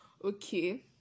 Okay